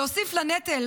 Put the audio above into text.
להוסיף לנטל,